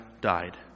died